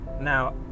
Now